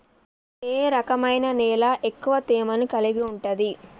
ఏ రకమైన నేల ఎక్కువ తేమను కలిగుంటది?